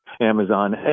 Amazon